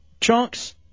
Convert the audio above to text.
chunks